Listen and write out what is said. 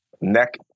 neck